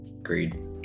Agreed